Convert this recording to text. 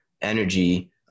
energy